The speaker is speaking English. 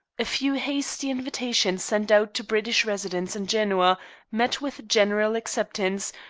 a few hasty invitations sent out to british residents in genoa met with general acceptance,